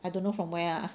I don't know from where ah